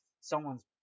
someone's